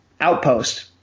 outpost